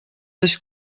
das